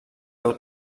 veu